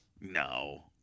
No